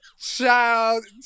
Child